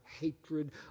hatred